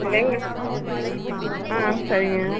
இல்லைங்க ஆ சரிங்க